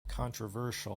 controversial